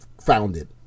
founded